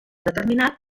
determinat